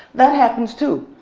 that happens too.